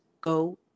go